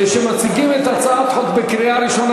כשמציגים הצעת חוק לקריאה ראשונה,